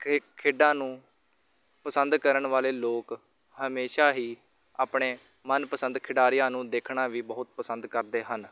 ਖੇ ਖੇਡਾਂ ਨੂੰ ਪਸੰਦ ਕਰਨ ਵਾਲੇ ਲੋਕ ਹਮੇਸ਼ਾ ਹੀ ਆਪਣੇ ਮਨਪਸੰਦ ਖਿਡਾਰੀਆਂ ਨੂੰ ਦੇਖਣਾ ਵੀ ਬਹੁਤ ਪਸੰਦ ਕਰਦੇ ਹਨ